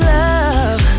love